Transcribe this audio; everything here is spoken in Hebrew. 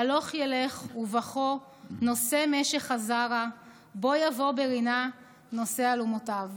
הלוך ילך ובכֹה נֹשא משך הזרע בֹא יבוא ברִנה נֹשא אלֻמֹתיו".